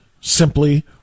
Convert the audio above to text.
simply